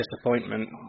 disappointment